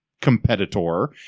competitor